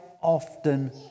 often